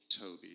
Toby